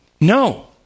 No